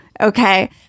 Okay